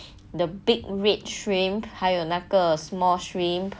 the big red shrimp 还有那个 small shrimp